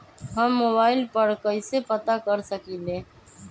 हम मोबाइल पर कईसे पता कर सकींले?